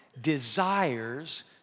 desires